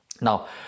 now